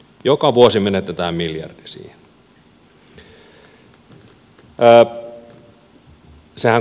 joka vuosi menetetään miljardi siinä